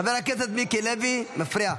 חבר הכנסת מיקי לוי, זה מפריע.